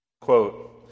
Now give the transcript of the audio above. Quote